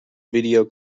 video